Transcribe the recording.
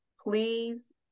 Please